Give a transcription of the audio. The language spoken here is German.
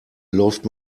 läuft